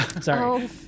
Sorry